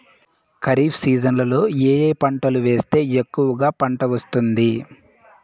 ఖరీఫ్ సీజన్లలో ఏ ఏ పంటలు వేస్తే ఎక్కువగా పంట వస్తుంది?